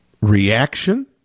reaction